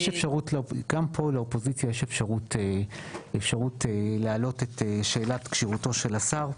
גם פה לאופוזיציה יש אפשרות להעלות את שאלת כשירותו של השר.